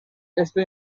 esto